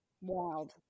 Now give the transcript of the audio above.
Wild